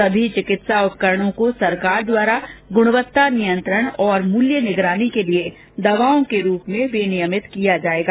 सभी चिकित्सा उपकरणों को सरकार द्वारा गुणवत्ता नियंत्रण और मूल्य निगरानी के लिए दवाओं के रूप में विनियमित किया जाएगा